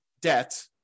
debt